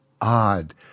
odd